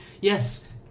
Yes